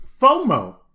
FOMO